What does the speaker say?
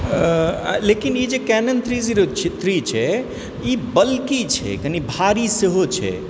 लेकिन ई जे कैनन थ्री जीरो थ्री छै ई बल्कि छै कनि भारी सेहो छै